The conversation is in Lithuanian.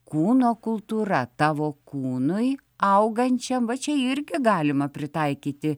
kūno kultūra tavo kūnui augančiam va čia irgi galima pritaikyti